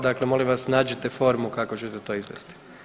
Dakle, molim vas nađite formu kako ćete to izvesti.